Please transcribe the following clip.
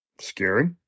Scary